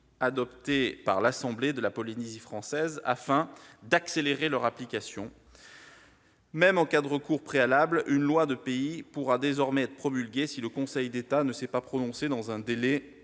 adoptées par l'assemblée de la Polynésie française, afin d'accélérer leur application. Même en cas de recours préalable, une loi du pays pourra désormais être promulguée si le Conseil d'État ne s'est pas prononcé dans un délai